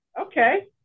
okay